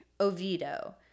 Oviedo